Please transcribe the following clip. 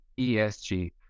ESG